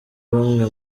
bamwe